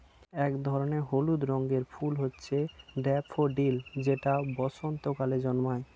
এক ধরনের হলুদ রঙের ফুল হচ্ছে ড্যাফোডিল যেটা বসন্তকালে জন্মায়